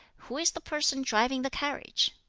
who is the person driving the carriage?